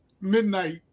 midnight